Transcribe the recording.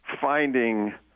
finding